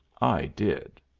i did.